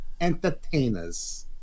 entertainers